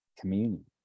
communion